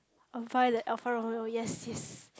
I will find that Alfa Romeo yes yes